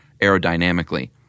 aerodynamically